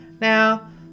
Now